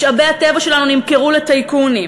משאבי הטבע שלנו נמכרו לטייקונים,